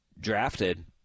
drafted